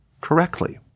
correctly